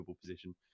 position